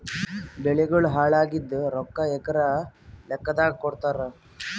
ಬೆಳಿಗೋಳ ಹಾಳಾಗಿದ ರೊಕ್ಕಾ ಎಕರ ಲೆಕ್ಕಾದಾಗ ಕೊಡುತ್ತಾರ?